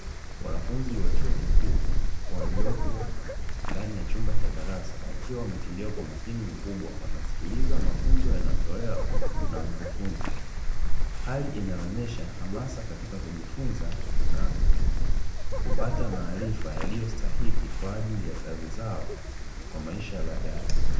Wanafunzi wa chuo kikuu, waliopo ndani ya chumba cha darasa, wakiwa wametulia kwa makini mkubwa, wanasikiliza mafunzo yanayotolewa na mkufunzi. Hali inayoonyesha hamasa katika kujifunza na kupata maarifa yaliyo stahiki kwa ajili ya kazi zao kwa maisha ya baadaye.